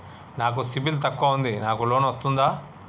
నాకు సిబిల్ తక్కువ ఉంది నాకు లోన్ వస్తుందా?